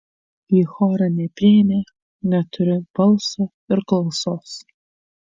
į chorą nepriėmė neturiu balso ir klausos